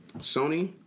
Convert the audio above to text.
Sony